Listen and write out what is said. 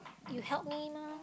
you help me mah